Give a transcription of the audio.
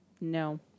No